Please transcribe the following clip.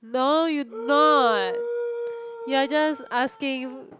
no you're not you are just asking